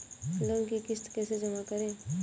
Loan की किश्त कैसे जमा करें?